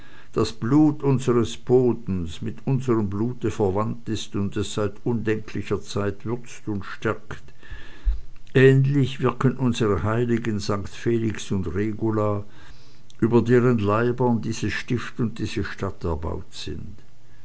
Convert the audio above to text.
das blut unseres bodens mit unserem blute verwandt ist und es seit undenklicher zeit würzt und stärkt ähnlich wirken unsere heiligen st felix und regula über deren leibern dieses stift und diese stadt erbaut sind